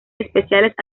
especiales